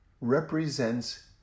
represents